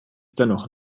dennoch